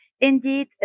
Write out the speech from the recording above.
Indeed